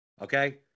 Okay